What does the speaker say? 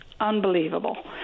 unbelievable